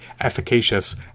efficacious